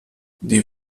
die